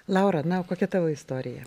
laura na o kokia tavo istorija